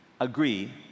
agree